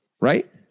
right